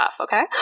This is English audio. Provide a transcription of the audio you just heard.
okay